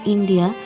India